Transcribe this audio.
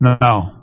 No